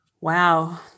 Wow